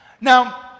Now